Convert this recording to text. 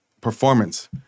performance